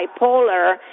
bipolar